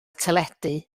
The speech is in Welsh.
teledu